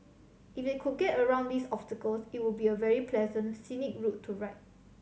if they could get around these obstacles it would be a very pleasant scenic route to ride